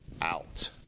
out